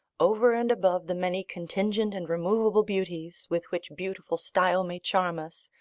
over and above the many contingent and removable beauties with which beautiful style may charm us,